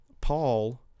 Paul